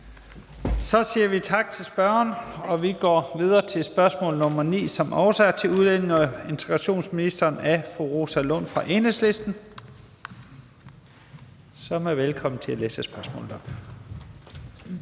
Så siger vi tak til spørgeren. Vi går videre til spørgsmål nr. 9, som også er til udlændinge- og integrationsministeren, af fru Rosa Lund fra Enhedslisten. Kl. 14:09 Spm. nr.